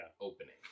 opening